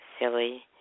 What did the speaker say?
silly